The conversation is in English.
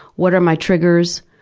what are my triggers?